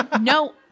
No